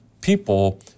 people